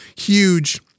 huge